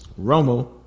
Romo